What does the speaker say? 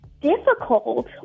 difficult